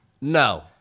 No